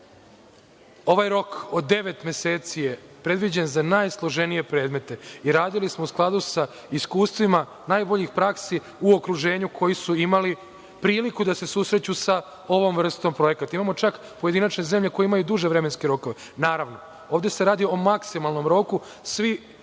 ovaj rok od devet meseci je predviđen za najsloženije predmete i radili smo u skladu sa iskustvima, najboljih praksi u okruženju koji su imali priliku da se susreću sa ovom vrstom projekata, imamo čak pojedinačne zemlje koje imaju duže vremenske rokove. Naravno, ove se radi o maksimalnom roku svi